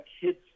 kids